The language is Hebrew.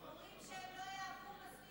אומרים שהם לא יעברו מספיק הנחיות.